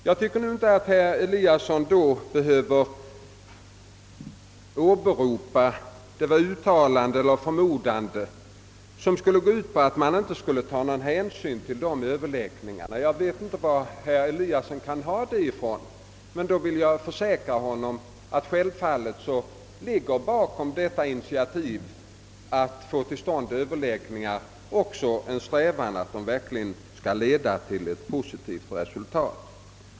Jag tycker inte att herr Eliasson i Moholm behöver åberopa det uttalandet eller det förmodandet som går ut på att man inte skulle ta någon hänsyn till dessa överläggningar, och jag vet inte varifrån herr Eliasson har fått detta. Jag vill emellertid försäkra honom att det bakom initiativet att få till stånd överläggningar givetvis också ligger en önskan att de skall föra till ett positivt resultat.